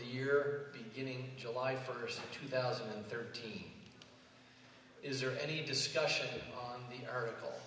the year beginning july first two thousand and thirteen is there any discussion on the eart